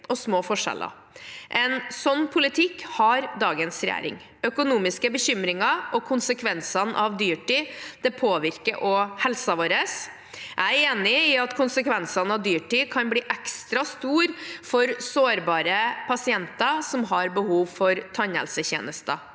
og små forskjeller. En slik politikk har dagens regjering. Økonomiske bekymringer og konsekvensene av dyrtid, påvirker også helsen vår. Jeg er enig i at konsekvensene av dyrtid kan bli ekstra store for sårbare pasienter som har behov for tannhelsetjenester.